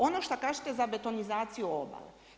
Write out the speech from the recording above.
Ono šta kažete za betonizaciju obale.